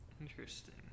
interesting